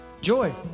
Joy